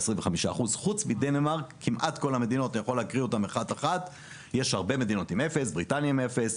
25%. חוץ מדנמרק יש הרבה מדינות עם אפס בריטניה עם אפס,